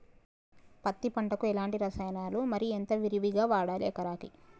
పత్తి పంటకు ఎలాంటి రసాయనాలు మరి ఎంత విరివిగా వాడాలి ఎకరాకి?